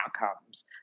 outcomes